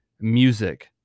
music